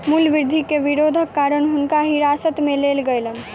मूल्य वृद्धि के विरोधक कारण हुनका हिरासत में लेल गेलैन